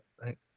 right